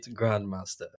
Grandmaster